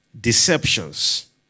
Deceptions